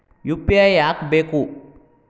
UPI ಯಾಕ್ ಬೇಕು?